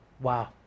Wow